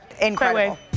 Incredible